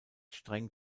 streng